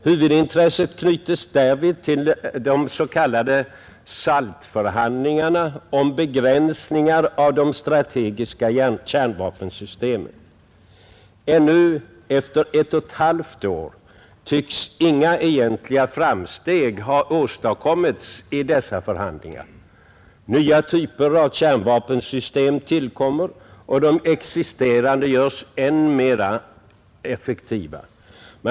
Huvudintresset knytes därvid till de s.k. SALT-förhandlingarna om begränsningar av de strategiska kärnvapensystemen. Ännu efter 1 1/2 år tycks inga egentliga framsteg ha åstadkommits i dessa förhandlingar. Nya typer av kärnvapensystem tillkommer och de existerande görs än mer effektiva.